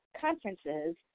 conferences